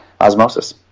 osmosis